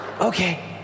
Okay